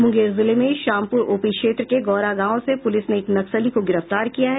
मुंगेर जिले में शामपुर ओपी क्षेत्र के गौरा गांव से पुलिस ने एक नक्सली को गिरफ्तार किया है